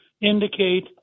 indicate